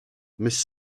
miss